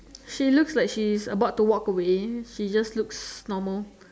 she looks like she's about to walk away she just looks normal